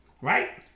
right